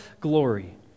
glory